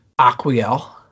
Aquiel